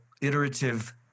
iterative